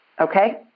Okay